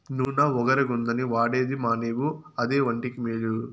నూన ఒగరుగుందని వాడేది మానేవు అదే ఒంటికి మేలు